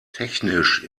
technisch